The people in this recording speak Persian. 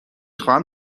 خواهم